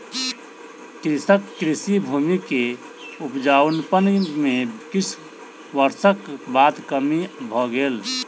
कृषकक कृषि भूमि के उपजाउपन में किछ वर्षक बाद कमी भ गेल